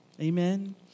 Amen